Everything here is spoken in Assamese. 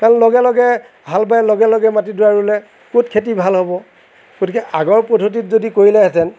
লগে লগে ভাল বেয়াৰ লগে লগে মাটিডৰাত ৰুলে ক'ত খেতি ভাল হ'ব গতিকে আগৰ পদ্ধতিত যদি কৰিলেহেতেন